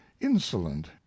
insolent